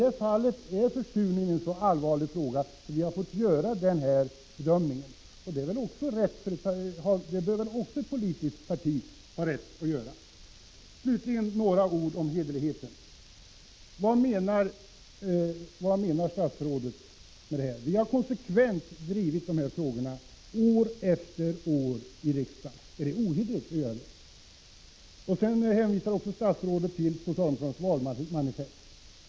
Vi anser att försurningen är så allvarlig att vi har gjort den här bedömningen. Och ett politiskt parti bör givetvis ha rätt att inta en ståndpunkt efter egen bedömning. Slutligen några ord om hederligheten. Vad menar statsrådet med det här? Vi har konsekvent drivit dessa frågor år efter år i riksdagen. Är det ohederligt att göra det? Statsrådet hänvisar till socialdemokraternas valmanifest.